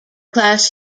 class